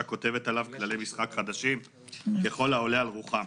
כותבת עליו כללי משחק חדשים ככל העולה על רוחה.